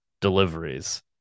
deliveries